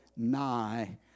nigh